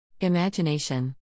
Imagination